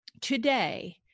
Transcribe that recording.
today